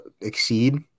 exceed